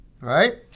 right